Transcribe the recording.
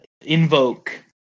invoke